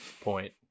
point